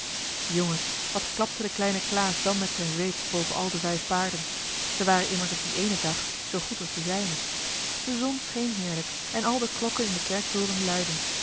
jongens wat klapte de kleine klaas dan met zijn zweep boven al de vijf paarden zij waren immers op dien eenen dag zoo goed als de zijne de zon scheen heerlijk en al de klokken in den kerktoren luidden